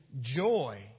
joy